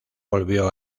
volvió